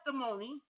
testimony